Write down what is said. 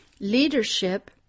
leadership